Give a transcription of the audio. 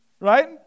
Right